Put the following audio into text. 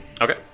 Okay